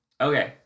okay